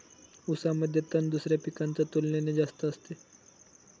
ऊसामध्ये तण दुसऱ्या पिकांच्या तुलनेने जास्त असते